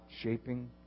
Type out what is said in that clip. shaping